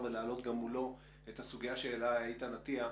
ולהעלות מולו את הסוגיה שהעלה איתן אטיה.